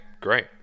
great